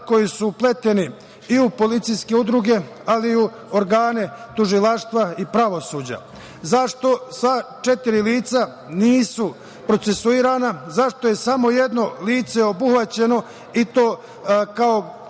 koji su upleteni i u policijske udruge, ali i u organe tužilaštva i pravosuđa.Zašto sva četiri lica nisu procesuirana? Zašto je samo jedno lice obuhvaćeno, i to u